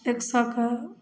एक सएके